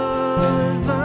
Love